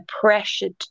pressured